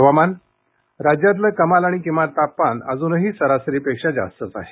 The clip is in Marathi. हवामान राज्यातलं कमाल आणि किमान तापमान अजूनही सरासरीपेक्षा जास्तच आहे